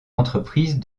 entreprise